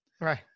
Right